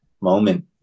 moment